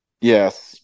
Yes